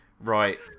Right